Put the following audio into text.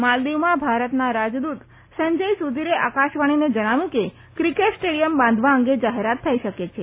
માલદીવમાં ભારતના રાજદ્વત સંજય સુધીરે આકાશવાણીને જણાવ્યું કે ક્રિકેટ સ્ટેડિયમ બાંધવા અંગે જાહેરાત થઈ શકે છે